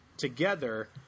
Together